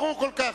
ברור כל כך.